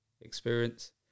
Experience